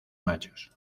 machos